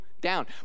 down